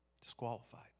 disqualified